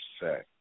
say